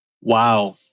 Wow